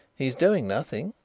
he is doing nothing.